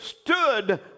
stood